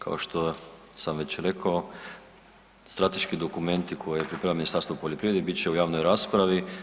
Kao što sam već rekao, strateški dokumenti koje je pri Ministarstvu poljoprivrede bit će u javnoj raspravi.